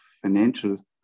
financial